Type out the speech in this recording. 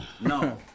No